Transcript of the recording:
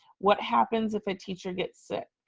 what happens if a teacher gets sick?